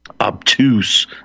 obtuse